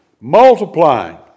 Multiplying